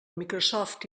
microsoft